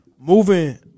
Moving